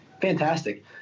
Fantastic